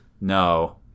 No